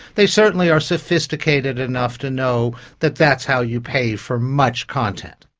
they certainly are sophisticated enough to know that that's how you pay for much content.